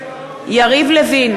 יריב לוין,